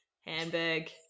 Hamburg